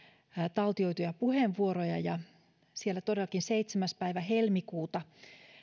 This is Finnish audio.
taltioituja puheenvuoroja ja siellä todellakin seitsemäs päivä helmikuuta